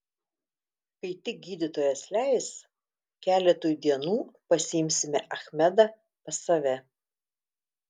kai tik gydytojas leis keletui dienų pasiimsime achmedą pas save